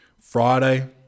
Friday